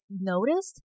noticed